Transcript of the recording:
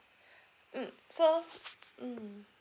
mm so mm